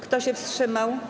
Kto się wstrzymał?